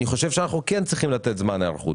אני חושב שאנחנו כן צריכים לתת זמן היערכות.